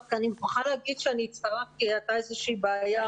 רק אני מוכרחה להגיד שהייתה איזושהי בעיה.